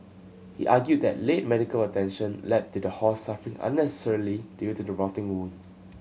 he argued that late medical attention led to the horse suffering unnecessarily due to the rotting wound